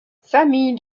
famille